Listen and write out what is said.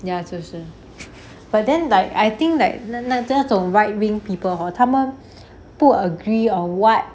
ya 就是 but then like I think like 那那这种 wide wind people hor 他们不 agree on what